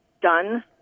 done